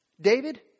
David